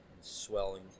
swelling